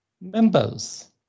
members